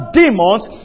demons